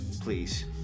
please